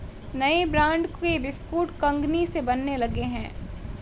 नए ब्रांड के बिस्कुट कंगनी से बनने लगे हैं